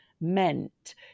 meant